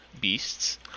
beasts